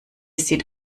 sieht